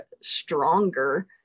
stronger